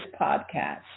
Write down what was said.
podcast